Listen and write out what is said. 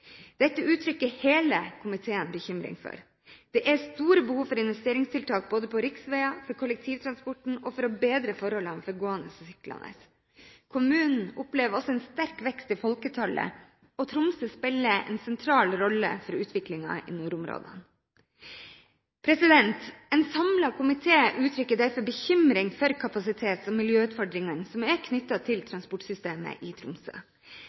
Dette uttrykker hele komiteen bekymring for. Det er store behov for investeringstiltak både på riksvegene, for kollektivtransporten og for å bedre forholdene for gående og syklende. Kommunen opplever også en sterk vekst i folketallet, og Tromsø spiller en sentral rolle for utviklingen i nordområdene. En samlet komité uttrykker derfor bekymring for kapasitets- og miljøutfordringene som er knyttet til transportsystemet i Tromsø.